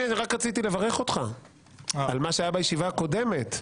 רק רציתי לברך אותך על מה שהיה בישיבה הקודמת.